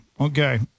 Okay